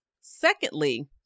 Secondly